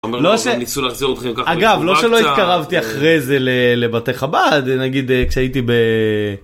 אגב לא שלא התקרבתי אחרי זה לבתי חב"ד נגיד כשהייתי ב.